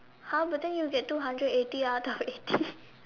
!huh! but then you get two hundred eighty out of eighty